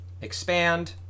expand